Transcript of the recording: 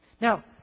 Now